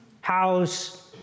House